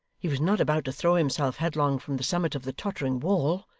he was not about to throw himself headlong from the summit of the tottering wall.